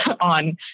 on